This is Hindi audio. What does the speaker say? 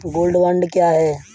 गोल्ड बॉन्ड क्या है?